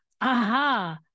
aha